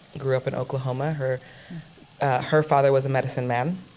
grew up in oklahoma. her her father was a medicine man.